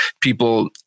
people